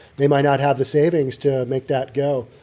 they might not have the savings to make that go.